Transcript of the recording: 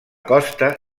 costa